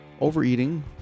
overeating